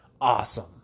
awesome